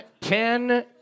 ten